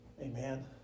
Amen